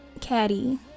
Caddy